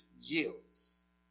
yields